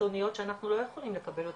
חיצוניות שאנחנו לא יכולים לקבל אותן,